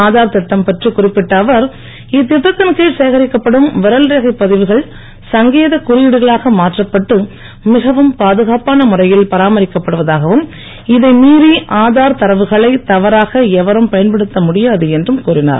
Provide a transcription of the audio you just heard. ஆதார் இட்டம் பற்றி குறிப்பிட்ட அவர் இத்திட்டத்தின் கீழ் சேகரிக்கப்படும் விரல்ரேகைப் பதிவுகள் சங்கேதக் குறியீடுகளாக மாற்றப்பட்டு மிகவும் பாதுகாப்பான முறையில் பராமரிக்கப்படுவதாகவும் இதை மீறி ஆதார் தரவுகளை தவறாக எவரும் பயன்படுத்த முடியாது என்றும் கூறினார்